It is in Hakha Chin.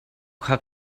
kha